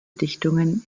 dichtungen